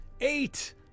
Eight